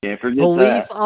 police